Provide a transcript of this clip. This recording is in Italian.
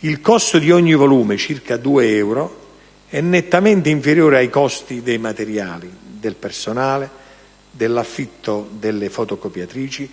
Il costo di ogni volume (circa 2 euro) è nettamente inferiore ai costi dei materiali, del personale, dell'affitto delle fotocopiatrici